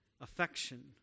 affection